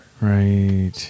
Right